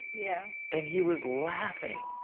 yeah and he was laughing.